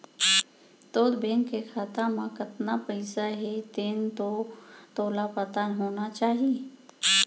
तोर बेंक के खाता म कतना पइसा हे तेन तो तोला पता होना चाही?